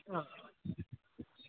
हा